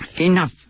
enough